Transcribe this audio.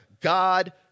God